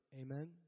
Amen